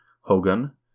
hogan